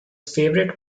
favorite